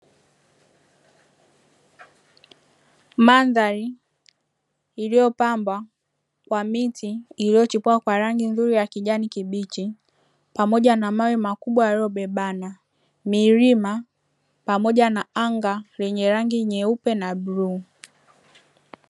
Mandhari iliyopamba kwa miti iliyochipua kwa rangi nzuri ya kijani kibichi, pamoja na mawe makubwa yaliyobebana, milima pamoja na anga lenye rangi nyeupe na bluu.